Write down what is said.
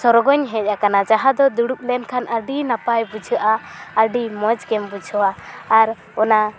ᱥᱚᱨᱜᱚᱧ ᱦᱮᱡ ᱟᱠᱟᱱᱟ ᱡᱟᱦᱟᱸ ᱫᱚ ᱫᱩᱲᱩᱵ ᱞᱮᱱᱠᱷᱟᱱ ᱟᱹᱰᱤ ᱱᱟᱯᱟᱭ ᱵᱩᱡᱷᱟᱹᱜᱼᱟ ᱟᱹᱰᱤ ᱢᱚᱡᱽ ᱜᱮᱢ ᱵᱩᱡᱷᱟᱹᱣᱟ ᱟᱨ ᱚᱱᱟ